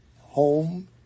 home